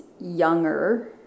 younger